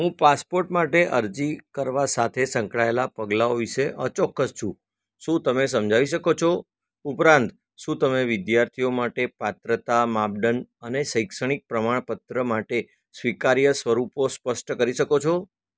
હું પાસપોર્ટ માટે અરજી કરવા સાથે સંકળાયેલાં પગલાંઓ વિશે અચોક્કસ છું શું તમે સમજાવી શકો છો ઉપરાંત શું તમે વિદ્યાર્થીઓ માટે પાત્રતા માપદંડ અને શૈક્ષણિક પ્રમાણપત્ર માટે સ્વીકાર્ય સ્વરૂપો સ્પષ્ટ કરી શકો છો